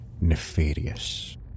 nefarious